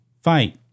fight